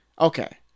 Okay